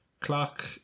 Clock